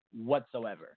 whatsoever